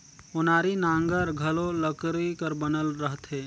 ओनारी नांगर घलो लकरी कर बनल रहथे